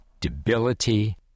debility